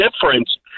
difference